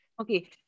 okay